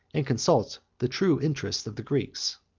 and consult the true interests, of the greeks.